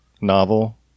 novel